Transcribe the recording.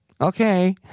Okay